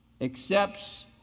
accepts